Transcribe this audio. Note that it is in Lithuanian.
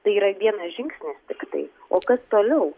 tai yra vienas žingsnis tiktai o kas toliau